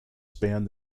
spanned